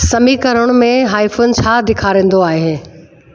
समीकरण में हाइफ़न छा ॾेखारींदो आहे